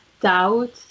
doubt